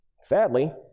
Sadly